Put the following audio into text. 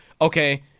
okay